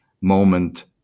Moment